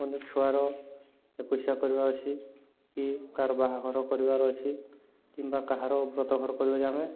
ଅନେକ ଛୁଆର ଏକୋଇଶା କରିବା ଅଛି କି କାହାର ବାହାଘର କରିବାର ଅଛି କିମ୍ବା କାହାର ବ୍ରତ ଘର କରିବାରେ ଆମେ